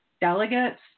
delegates